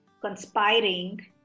conspiring